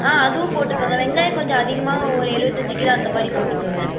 ஆ அதுவும் போட்டுக்கோங்க வெங்காயம் கொஞ்சம் அதிகமாக ஓர் எழுபத்தஞ்சி கிலோ அந்த மாதிரி போட்டுக்கோங்க